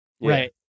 right